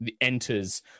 enters